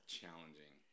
challenging